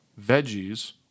Veggies